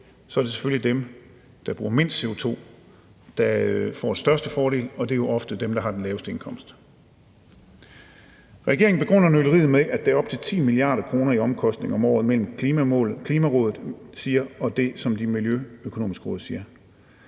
er det selvfølgelig dem, der bruger mindst CO2, der får den største fordel, og det er jo ofte dem, der har den laveste indkomst. Regeringen begrunder nøleriet med, at der er en forskel på op til 10 mia. kr. i omkostninger om året mellem det, som Klimarådet siger, og det, som Det Miljøøkonomiske Råd siger.